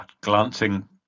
Glancing